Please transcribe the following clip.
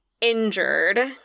injured